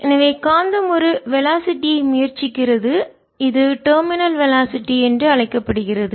எனவே காந்தம் ஒரு வெலாசிட்டி ஐ வேகத்தை முயற்சிக்கிறது இது டெர்மினல் வெலாசிட்டி முனைய வேகம் என்று அழைக்கப்படுகிறது